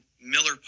Miller